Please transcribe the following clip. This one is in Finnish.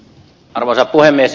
arvoisa puhemies